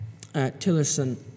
Tillerson